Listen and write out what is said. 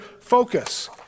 focus